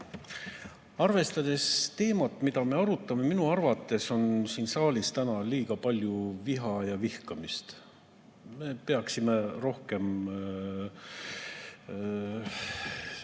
Arvestades teemat, mida me arutame, on minu arvates siin saalis täna liiga palju viha ja vihkamist. Me peaksime rohkem